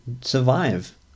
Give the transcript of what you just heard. survive